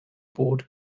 board